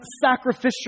sacrificial